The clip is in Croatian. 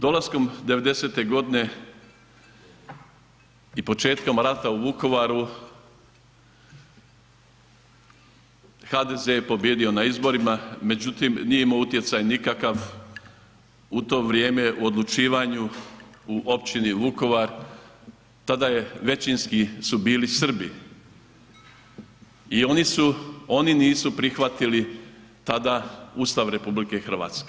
Dolaskom devedesete godine i početkom rata u Vukovaru HDZ je pobijedio na izborima, međutim nije imao utjecaj nikakva u to vrijeme u odlučivanju u Općini Vukovara, tada su većinski bili Srbi i oni nisu prihvatili tada Ustav RH.